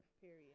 Period